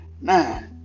nine